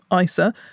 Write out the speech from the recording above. ISA